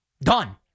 done